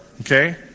okay